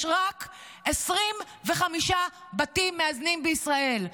יש רק 25 בתים מאזנים בישראל.